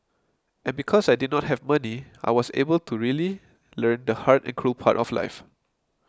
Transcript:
and because I did not have money I was able to really learn the hard and cruel part of life